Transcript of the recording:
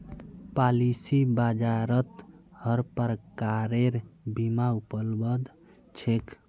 policy बाजारत हर प्रकारेर बीमा उपलब्ध छेक